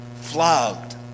flogged